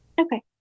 Okay